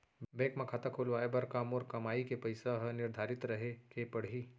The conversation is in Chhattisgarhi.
बैंक म खाता खुलवाये बर का मोर कमाई के पइसा ह निर्धारित रहे के पड़ही?